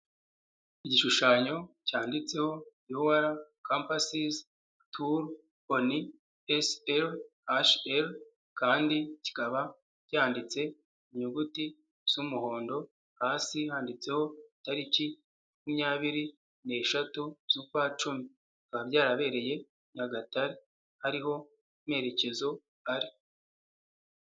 Igishushanyo cyanditseho UR Campuses Tour on SRHR kandi kikaba cyanditse inyuguti z'umuhondo, hasi handitseho itariki makumyabiri n'eshatu z'ukwa cumi. Bikaba byarabereye Nyagatare ariho amerekezo ari.